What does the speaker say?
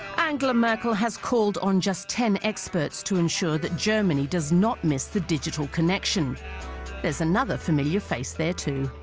anger merkel has called on just ten experts to ensure that germany does not miss the digital connection there's another familiar face there, too